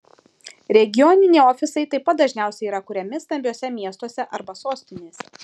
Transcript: regioniniai ofisai taip pat dažniausiai yra kuriami stambiuose miestuose arba sostinėse